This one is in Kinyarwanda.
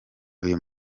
uyu